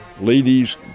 Ladies